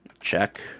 Check